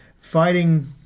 fighting